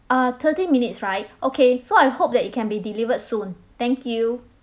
uh thirty minutes right okay so I hope that it can be delivered soon thank you